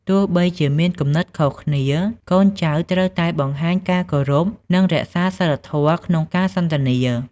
ទោះបីជាមានគំនិតខុសគ្នា កូនចៅត្រូវតែបង្ហាញការគោរព និងរក្សាសីលធម៌ក្នុងការសន្ទនា។